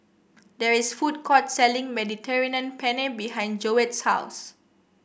there is food court selling Mediterranean Penne behind Joette's house